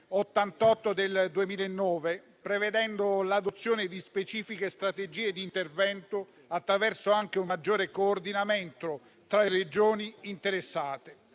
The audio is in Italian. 88 del 2009, prevedendo l'adozione di specifiche strategie di intervento, anche attraverso un maggior coordinamento tra le Regioni interessate.